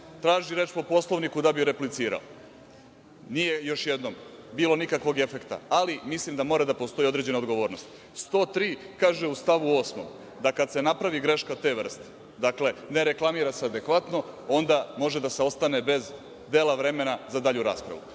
traži reč po Poslovniku, da bi replicirao. Još jednom, nije bilo nikakvog efekta, ali, mislim da mora da postoji određena odgovornost. Član 103. kaže u stavu osmom da kad se napravi greška te vrste, dakle, ne reklamira se adekvatno, onda može da se ostane bez dela vremena za dalju raspravu.